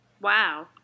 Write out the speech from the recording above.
Wow